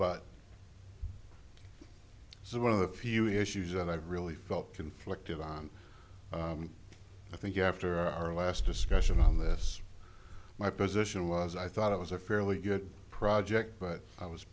is one of the few issues that i really felt conflicted on i think after our last discussion on this my position was i thought it was a fairly good project but i was